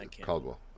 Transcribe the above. Caldwell